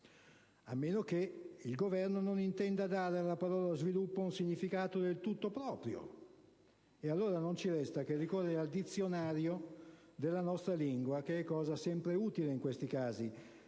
a meno che il Governo non intenda dare alla parola "sviluppo" un significato del tutto proprio. Allora, non ci resta che ricorrere al dizionario della nostra lingua, cosa sempre utile in questi casi.